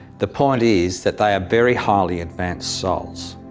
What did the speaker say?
the point is that they are very highly advanced souls.